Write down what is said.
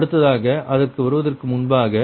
அடுத்ததாக அதற்கு வருவதற்கு முன்பாக